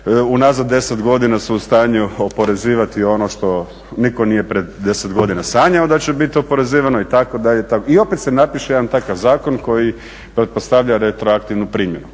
nazad 10. godina su u stanju oporezivati ono što niko nije pred 10. godina sanjao da će biti oporezivano itd. I opet se napiše jedan takav zakon koji pretpostavlja retroaktivnu primjenu.